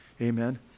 Amen